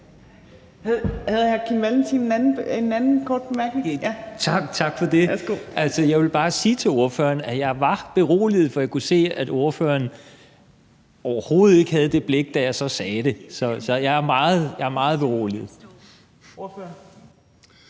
er det hr. Kim Valentin for sin anden korte bemærkning. Værsgo. Kl. 18:49 Kim Valentin (V): Jeg vil bare sige til ordføreren, at jeg var beroliget, for jeg kunne se, at ordføreren overhovedet ikke havde det blik, da jeg så sagde det. Så jeg er meget beroliget. Kl.